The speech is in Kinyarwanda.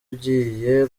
ugiye